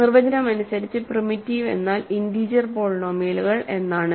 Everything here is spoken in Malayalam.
നിർവചനം അനുസരിച്ച് പ്രിമിറ്റീവ് എന്നാൽ ഇന്റീജർ പോളിനോമിയലുകൾ എന്നാണ്